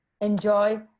Enjoy